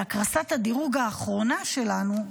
בהקרסת הדירוג האחרונה שלנו,